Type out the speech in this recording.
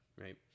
right